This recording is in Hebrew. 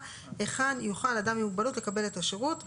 היכן יוכל אדם עם מוגבלות לקבל את השירות האמור.